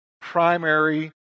primary